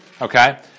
Okay